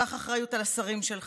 קח אחריות על השרים שלך,